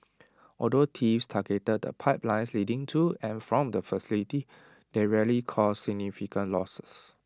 although thieves targeted the pipelines leading to and from the facility they rarely caused significant losses